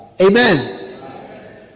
Amen